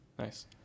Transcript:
Nice